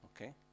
Okay